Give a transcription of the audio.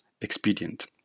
expedient